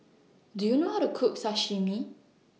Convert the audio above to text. Do YOU know How to Cook Sashimi